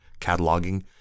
cataloging